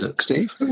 Steve